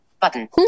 Button